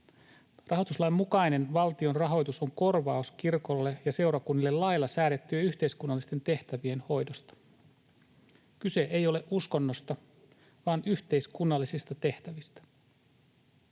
Rahoituslain mukainen valtion rahoitus on korvaus kirkolle ja seurakunnille lailla säädettyjen yhteiskunnallisten tehtävien hoidosta. Kyse ei ole uskonnosta, vaan yhteiskunnallisista tehtävistä.